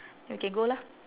we can go lah